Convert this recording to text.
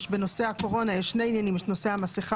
אז בנושא הקורונה יש את נושא המסכה